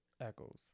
echoes